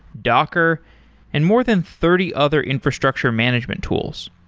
docker and more than thirty other infrastructure management tools.